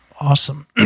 Awesome